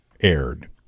aired